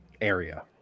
area